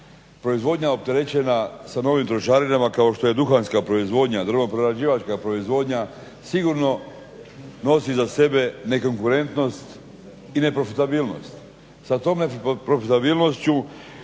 Proizvodnja opterećena sa novim trošarinama kao što je duhanska proizvodnja, drvoprerađivačka proizvodnja sigurno nosi za sebe nekonkurentnost i neprofitabilnost. Sa tom neprofitabilnošću